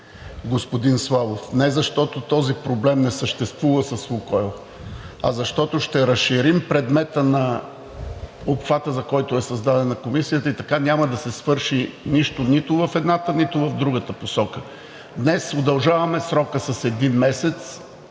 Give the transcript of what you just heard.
господин Славов не защото този проблем не съществува с „Лукойл“, а защото ще разширим предмета на обхвата, за който е създадена Комисията, и така няма да се свърши нищо – нито в едната, нито в другата посока. Днес удължаваме срока с един месец.